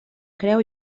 creu